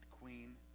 Queen